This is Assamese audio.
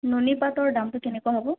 নুনী পাটৰ দামটো কেনেকুৱা হ'ব